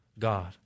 God